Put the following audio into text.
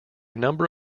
number